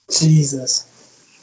Jesus